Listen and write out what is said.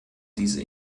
diese